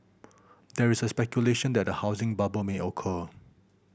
there is speculation that a housing bubble may occur